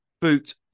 boot